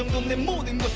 the morning.